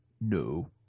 No